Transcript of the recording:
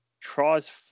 tries